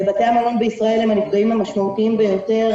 בתי המלון בישראל הם הנפגעים המשמעותיים ביותר,